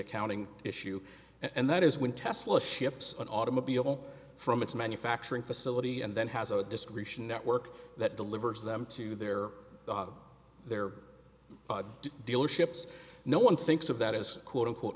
accounting issue and that is when tesla ships an automobile from its manufacturing facility and then has a description network that delivers them to their their dealerships no one thinks of that as quote unquote